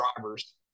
drivers